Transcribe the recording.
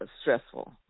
stressful